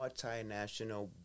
multinational